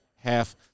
half